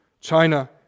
china